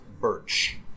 birch